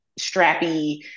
strappy